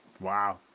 Wow